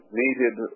needed